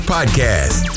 Podcast